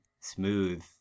smooth